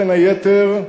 בין היתר,